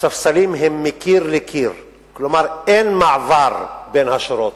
הספסלים הם מקיר לקיר, כלומר אין מעבר בין השורות,